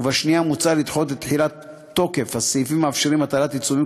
ובשנייה מוצע לדחות את תחילת תוקף הסעיפים המאפשרים הטלת עיצומים